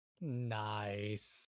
Nice